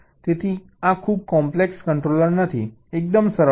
તેથી આ ખૂબ કોમ્પ્લેક્સ કંટ્રોલર નથી એકદમ સરળ છે